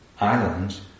islands